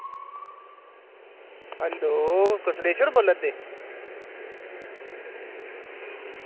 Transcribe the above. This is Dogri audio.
हैलो तस सुरेश होर बोला दे